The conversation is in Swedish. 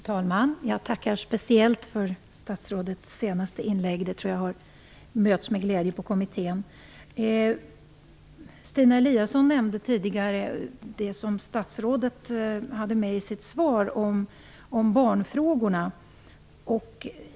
Fru talman! Jag tackar speciellt för statsrådets senaste inlägg, vilket jag tror kommer att mötas med glädje på kommittén. Stina Eliasson nämnde barnfrågorna som togs upp i statsrådets svar om barnfrågorna.